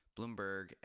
Bloomberg